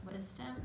wisdom